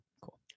Cool